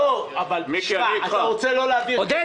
אתה רוצה לא להעביר --- במודיעין?